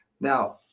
Now